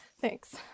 Thanks